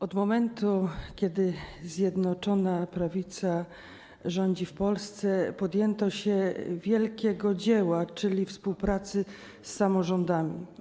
Od momentu, kiedy Zjednoczona Prawica rządzi w Polsce, podjęto się wielkiego dzieła, czyli współpracy z samorządami.